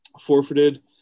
forfeited